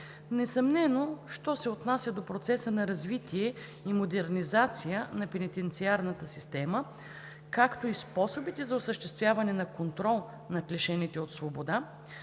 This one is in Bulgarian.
Несъмнено, що се отнася до процеса на развитие и модернизация на пенитенциарната система, както и способите за осъществяване на контрол над лишените от свобода,